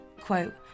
quote